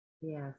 Yes